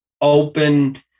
open